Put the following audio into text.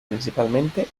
principalmente